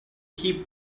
keep